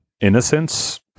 innocence